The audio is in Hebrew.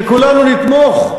שכולנו נתמוך,